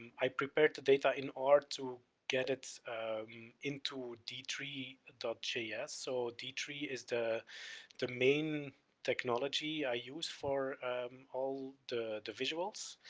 and i prepared the data in r to get it um into d three point and j s. so, d three is the the main technology i use for all the the visuals.